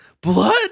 blood